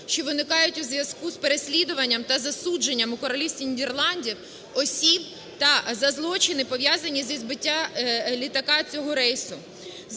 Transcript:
що виникають у зв'язку з переслідуванням та засудженням у Королівстві Нідерландів осіб, та за злочини, пов'язані зі збиттям літака цього рейсу.